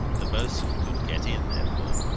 the boatswain could get in, therefore,